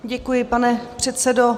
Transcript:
Děkuji, pane předsedo.